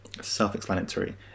self-explanatory